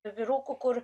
vyrukų kur